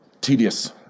tedious